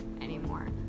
anymore